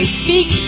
speak